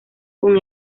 con